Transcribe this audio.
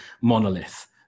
monolith